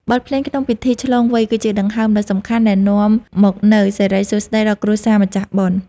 បទភ្លេងក្នុងពិធីឆ្លងវ័យ គឺជាដង្ហើមដ៏សំខាន់ដែលនាំមកនូវសិរីសួស្ដីដល់គ្រួសារម្ចាស់បុណ្យ។